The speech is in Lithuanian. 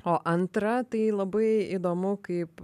o antra tai labai įdomu kaip